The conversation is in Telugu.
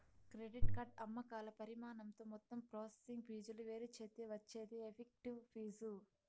క్రెడిట్ కార్డు అమ్మకాల పరిమాణంతో మొత్తం ప్రాసెసింగ్ ఫీజులు వేరుచేత్తే వచ్చేదే ఎఫెక్టివ్ ఫీజు